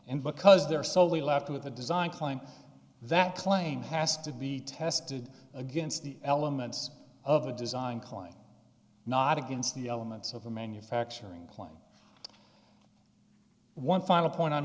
and because they're so left with the design claim that claim has to be tested against the elements of the design klein not against the elements of the manufacturing claim one final point on